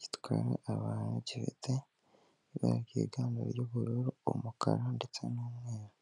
gitwara abantu gifite ibara ryiganje ry'ubururu umukara ndetse n'umweru.